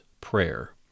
prayer